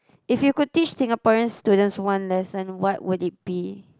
if you could teach Singaporean students one lesson what would it be